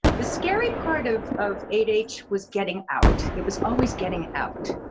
the scary part of of eight h was getting out. it was always getting out.